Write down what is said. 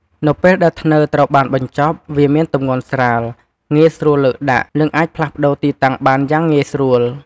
នៅពេលដែលធ្នើរត្រូវបានបញ្ចប់ វាមានទម្ងន់ស្រាល ងាយស្រួលលើកដាក់ និងអាចផ្លាស់ប្តូរទីតាំងបានយ៉ាងងាយស្រួល។